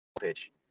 pitch